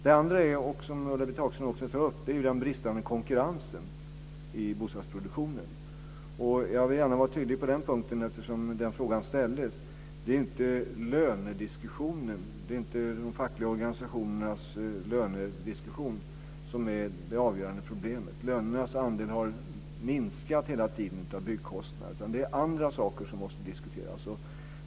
Det andra problemet är det som Ulla-Britt Hagström också tar upp, nämligen den bristande konkurrensen i bostadsproduktionen. Jag vill gärna vara tydlig på den punkten, eftersom den frågan ställdes. Det är inte de fackliga organisationernas lönediskussion som är det avgörande problemet; lönernas andel av byggkostnaden har minskat hela tiden. Det är andra saker som måste diskuteras.